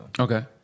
Okay